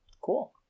Cool